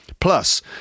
Plus